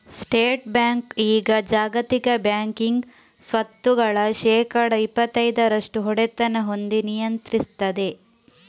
state bank ಈಗ ಜಾಗತಿಕ banking ಸ್ವತ್ತುಗಳ ಶೇಕಡಾ ಇಪ್ಪತೈದರಷ್ಟು ಒಡೆತನ ಹೊಂದಿ ನಿಯಂತ್ರಿಸ್ತದೆ